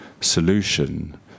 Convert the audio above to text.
solution